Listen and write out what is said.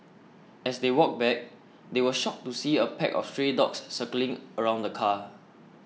as they walked back they were shocked to see a pack of stray dogs circling around the car